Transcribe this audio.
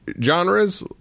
genres